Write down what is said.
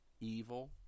evil